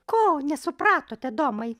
ko nesupratote domai